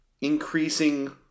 increasing